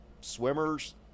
swimmers